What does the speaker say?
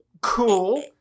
cool